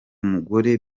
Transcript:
mugore